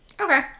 okay